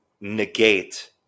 negate